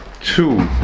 Two